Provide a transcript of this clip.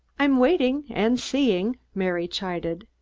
i'm waiting and seeing, mary chided.